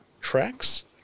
tracks